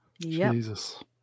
jesus